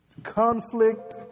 Conflict